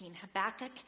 Habakkuk